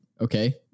okay